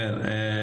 כן,